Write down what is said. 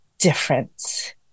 different